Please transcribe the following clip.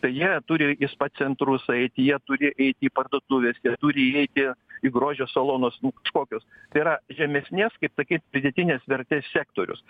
tai jie turi į spa centrus eiti jie turi eiti į parduotuves jie turi eiti į grožio salonus nu kažkokius tai yra žemesnės kaip sakyt pridėtinės vertės sektorius